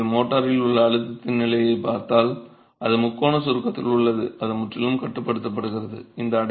எனவே நீங்கள் மோர்டாரில் உள்ள அழுத்தத்தின் நிலையைப் பார்த்தால் அது முக்கோண சுருக்கத்தில் உள்ளது அது முற்றிலும் கட்டுப்படுத்தப்படுகிறது